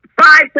Five